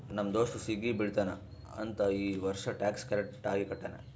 ನಮ್ ದೋಸ್ತ ಸಿಗಿ ಬೀಳ್ತಾನ್ ಅಂತ್ ಈ ವರ್ಷ ಟ್ಯಾಕ್ಸ್ ಕರೆಕ್ಟ್ ಆಗಿ ಕಟ್ಯಾನ್